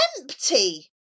empty